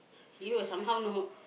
he will somehow know